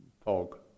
fog